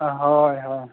ᱦᱳᱭ ᱦᱳᱭ